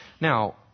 Now